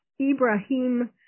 Ibrahim